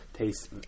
Taste